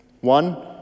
One